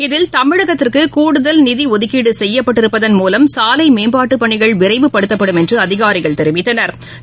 இதில் தமிழகத்திற்குகூடுதல் நிதிஒதுக்கீடுசெய்யப்பட்டிருப்பதன் மூலம் சாலைமேம்பாட்டுப் பணிகள் விரைவுபடுத்தப்படும் என்றுஅதிகாரிகள் தெரிவித்தனா்